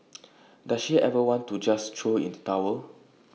does she ever want to just throw in the towel